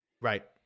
Right